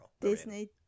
Disney